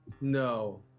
No